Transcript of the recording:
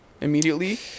Immediately